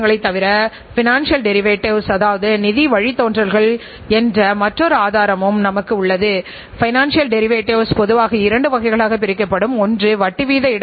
உங்கள் டிஸ்ட்ரிபியூஷன் சேனல்களை ஆதரிக்காவிட்டால் உங்கள் விநியோகஸ்தர்கள் மீண்டும் சிக்கலில் சிக்கிவிடுவார்கள்